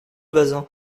bazin